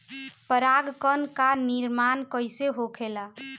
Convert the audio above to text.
पराग कण क निर्माण कइसे होखेला?